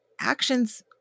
actions